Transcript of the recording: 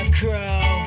crow